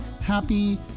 happy